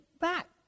back